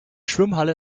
schwimmhalle